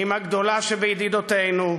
עם הגדולה שבידידותינו,